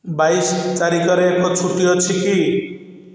ବାଇଶ ତାରିଖରେ ଏକ ଛୁଟି ଅଛି କି